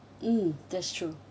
mm that's true